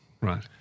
Right